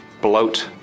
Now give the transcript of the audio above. bloat